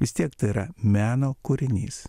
vis tiek tai yra meno kūrinys